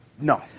no